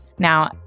Now